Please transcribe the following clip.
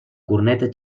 corneta